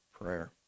prayer